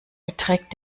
beträgt